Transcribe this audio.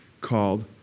called